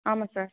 ஆமாம் சார்